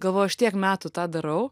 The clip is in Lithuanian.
galvoju aš tiek metų tą darau